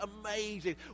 amazing